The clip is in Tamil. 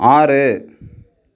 ஆறு